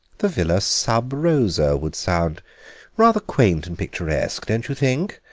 the villa sub-rosa would sound rather quaint and picturesque, don't you think,